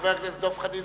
חבר הכנסת דב חנין.